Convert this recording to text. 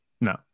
No